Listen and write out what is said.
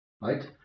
Right